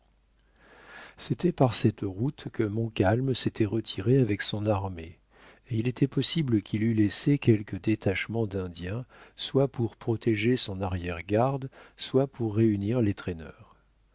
c'était par cette route que montcalm s'était retiré avec son armée et il était possible qu'il eût laissé quelques détachements d'indiens soit pour protéger son arrière-garde soit pour réunir les traîneurs